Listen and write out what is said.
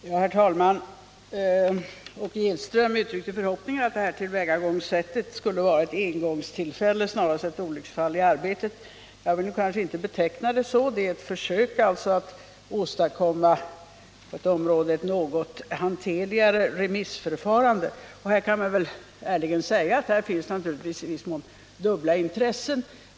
Herr talman! Åke Gillström uttryckte förhoppningen att det här tillvägagångssättet skulle vara en engångsföreteelse och snarast ett olycksfall i arbetet. Jag vill kanske inte beteckna det så. Det är ett försök att på ett område åstadkomma ett något hanterligare remissförfarande. Och man kan väl ärligen säga att här finns naturligtvis i viss mån dubbla intressen.